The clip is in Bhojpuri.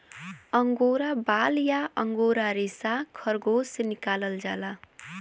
अंगोरा बाल या अंगोरा रेसा खरगोस से निकालल जाला